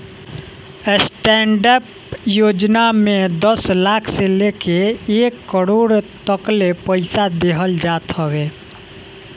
stand up योजना में दस लाख से लेके एक करोड़ तकले पईसा देहल जात हवे